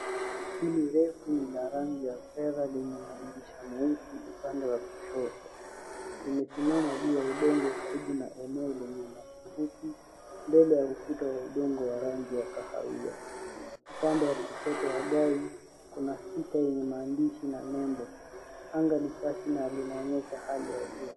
Gari hili refu lina rangi ya fedha lenye madirisha meusi upande wa kushoto. Limesimama juu ya udongo karibu na eneo lenye nyasi fupi, mbele ya ukuta wa udongo wa rangi ya kahawia. Upande wa kushoto wa gari, kuna sticker yenye maandishi na nembo. Anga ni safi na linaonyesha hali ya jua.